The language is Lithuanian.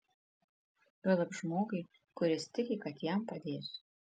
juolab žmogui kuris tiki kad jam padėsiu